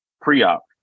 pre-op